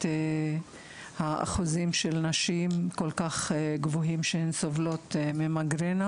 האחוזים של נשים כל-כך גבוהים שהן סובלות ממיגרנה.